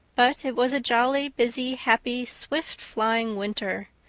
but it was a jolly, busy, happy swift-flying winter.